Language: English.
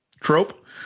trope